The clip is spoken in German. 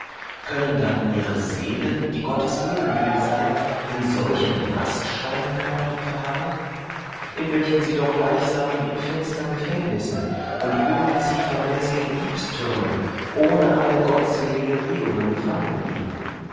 können dann ihre seelen die gottes ebenbild sein in solchen mastschweinkörpern verharren in welchen sie doch gleichsam wie in finstern gefängnüssen und ungeziefermäßigen diebstürnen ohne alle gottselige regungen gefangen liegen